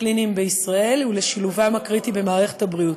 הקליניים בישראל ולשילובם הקריטי במערכת הבריאות,